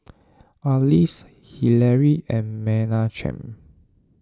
Arlis Hillary and Menachem